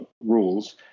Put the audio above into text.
rules